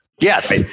yes